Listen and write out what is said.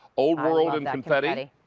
old world and confetti,